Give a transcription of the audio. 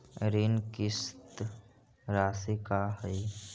ऋण किस्त रासि का हई?